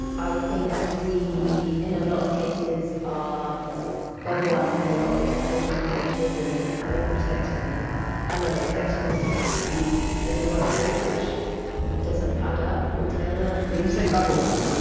i think we, in a lot of cases, are bubble wrapping a lot of visually impaired children and over-protecting them and then expecting them to succeed in the workplace, which doesn't add up altogether when you say bubble wrapping, what